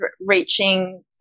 reaching